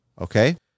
okay